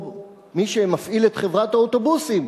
או מי שמפעיל את חברת האוטובוסים,